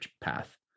path